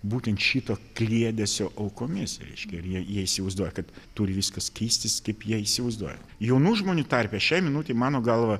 būtent šito kliedesio aukomis reiškia ir jie jie įsivaizduoja kad turi viskas keistis kaip jie įsivaizduoja jaunų žmonių tarpe šiai minutei mano galva